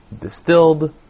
distilled